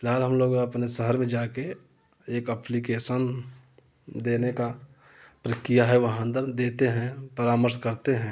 फ़िलहाल हम लोग अपने शहर में जा कर एक अप्लिकेसन देने का प्रक्रिया है वहाँ अंदर देते हैं परामर्श करते हैं